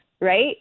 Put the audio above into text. right